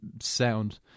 sound